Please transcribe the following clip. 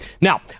now